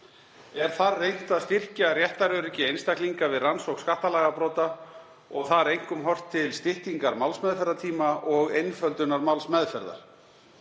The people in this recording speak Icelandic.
Er þar reynt að styrkja réttaröryggi einstaklinga við rannsókn skattalagabrota og þar einkum horft til styttingar málsmeðferðartíma og einföldunar málsmeðferðar.